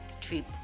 trip